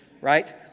right